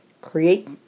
Create